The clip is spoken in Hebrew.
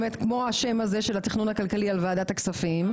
כמו השם הזה של התכנון הכלכלי על ועדת הכספים,